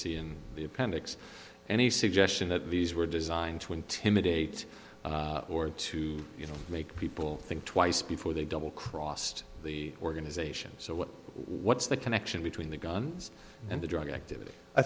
see in the appendix any suggestion that these were designed to intimidate or to make people think twice before they double crossed the organization so what's the connection between the guns and the drug activity i